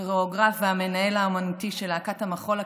הכוריאוגרף והמנהל האומנותי של להקת המחול הקיבוצית,